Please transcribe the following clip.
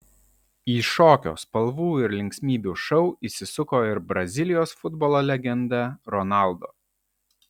į šokio spalvų ir linksmybių šou įsisuko ir brazilijos futbolo legenda ronaldo